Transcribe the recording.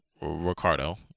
Ricardo